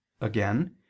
Again